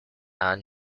and